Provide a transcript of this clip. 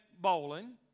bowling